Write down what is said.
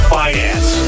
finance